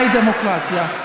אז גם את לא מבינה מהי דמוקרטיה.